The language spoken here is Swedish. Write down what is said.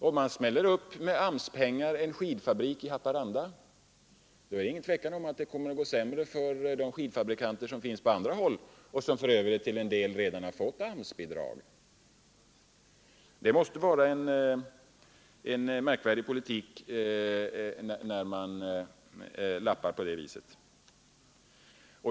Om man med AMS-pengar exempelvis smäller upp en skidfabrik i Haparanda, är det inget tvivel om att det kommer att gå sämre för de skidfabrikanter som finns på andra håll — och som för övrigt till en del redan har fått AMS-bidrag. Det måste vara en märkvärdig politik man för när man lappar på det viset.